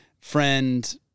friend